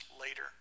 later